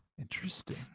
Interesting